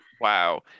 Wow